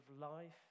life